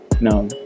no